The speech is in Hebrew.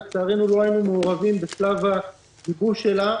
לצערנו לא היינו מעורבים בשלב הגיבוש שלה,